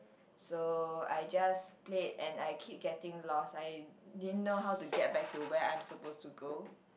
so I just played and I keep getting lost I didn't know how to get back to where I'm supposed to go